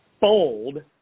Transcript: bold